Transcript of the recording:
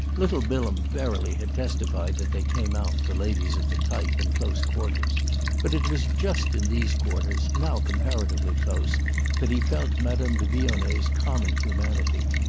little bilham verily had testified that they came out, the ladies of the type, in close quarters but it was just in these quarters now comparatively close that he felt madame de vionnet's common humanity.